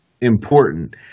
important